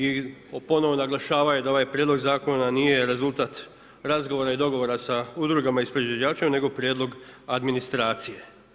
I ponovno naglašavaju da ovaj Prijedlog Zakona nije rezultat razgovora i dogovora sa udrugama i s proizvođačima nego prijedlog administracije.